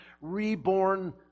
reborn